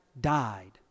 died